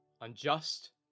unjust